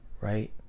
right